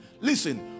listen